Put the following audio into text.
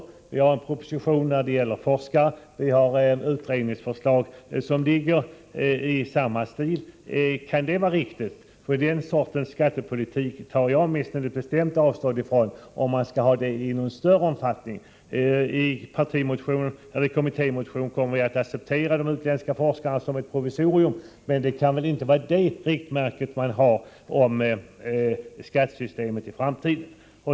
Det föreligger en proposition beträffande forskare, och det finns ett utredningsförslag i samma stil. Kan detta vara riktigt? Den sortens skattepolitik — åtminstone om den skall få någon större omfattning — tar i varje fall jag bestämt avstånd ifrån. Detta kan väl inte få vara ett riktmärke för skattesystemet i framtiden?